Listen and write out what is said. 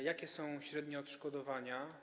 Jakie są średnio odszkodowania?